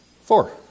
Four